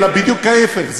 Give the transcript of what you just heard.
אלא בדיוק ההפך,